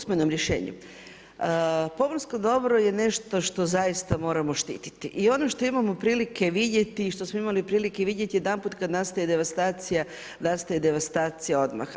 Pomorsko dobro je nešto što zaista moramo štititi i ono što imamo prilike vidjeti i što smo imali prilike vidjeti jedanput kad nastaje devastacija, nastaje devastacija odmah.